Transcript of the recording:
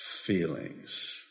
feelings